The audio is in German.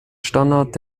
standard